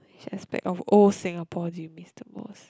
which aspect of old Singapore did you miss the most